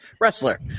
Wrestler